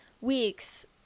week's